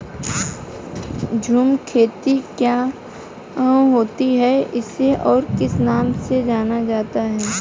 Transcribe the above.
झूम खेती क्या होती है इसे और किस नाम से जाना जाता है?